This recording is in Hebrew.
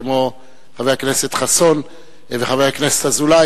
כמו חבר הכנסת חסון וחבר הכנסת אזולאי,